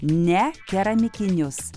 ne keramikinius